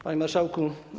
Panie Marszałku!